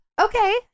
Okay